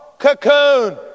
cocoon